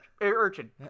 Urchin